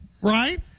right